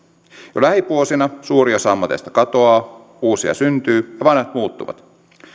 jo lähivuosina suuri osa ammateista katoaa uusia syntyy ja vanhat muuttuvat